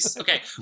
okay